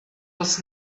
was